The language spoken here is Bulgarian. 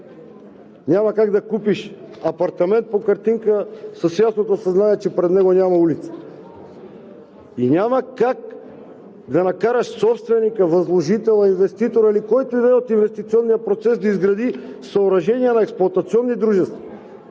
Няма как да купиш апартамент по картинка с ясното съзнание, че пред него няма улица. И няма как да накараш собственика, възложителя, инвеститора или който и да е от инвестиционния процес да изгради съоръжения на експлоатационни дружества.